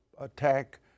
attack